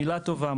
מילה טובה,